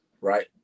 right